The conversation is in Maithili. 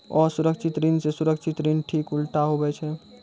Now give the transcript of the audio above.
असुरक्षित ऋण से सुरक्षित ऋण ठीक उल्टा हुवै छै